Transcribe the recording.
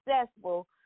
successful